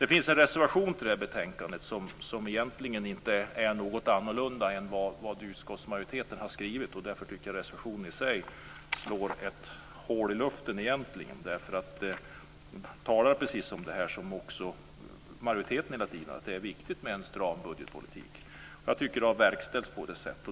Det finns en reservation till det här betänkandet som egentligen inte innebär något annorlunda än vad utskottsmajoriteten har skrivit, och därför tycker jag att reservationen i sig slår ett hål i luften. Där talas om precis det här som också majoriteten säger, dvs. att det är viktigt med en stram budgetpolitik. Jag tycker att det har verkställts på så sätt.